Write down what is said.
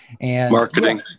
Marketing